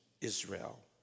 Israel